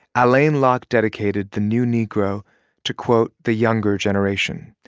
alain locke dedicated the new negro to, quote, the younger generation.